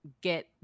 get